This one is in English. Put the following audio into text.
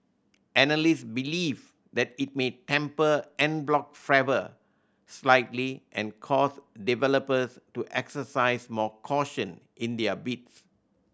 analysts believe that it may temper en bloc fervour slightly and cause developers to exercise more caution in their bids